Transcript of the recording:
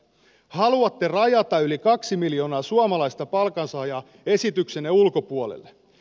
haluatte rajata yli kaksi miljoonaa suomalaista palkansaajaa esityksenne ulkopuolelle